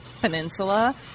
peninsula